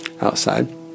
outside